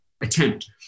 attempt